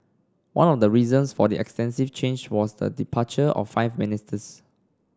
one of the reasons for the extensive change was the departure of five ministers